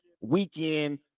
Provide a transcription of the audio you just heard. weekend